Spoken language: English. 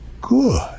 good